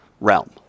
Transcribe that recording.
realm